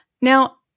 Now